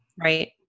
right